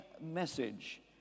message